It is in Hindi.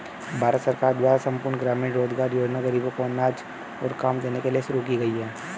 भारत सरकार द्वारा संपूर्ण ग्रामीण रोजगार योजना ग़रीबों को अनाज और काम देने के लिए शुरू की गई है